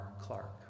Clark